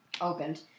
opened